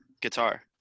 guitar